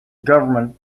government